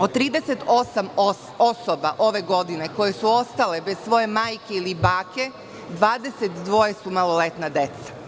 Od 38 osoba ove godine koje su ostale bez svoje majke ili bake, 22 su maloletna deteta.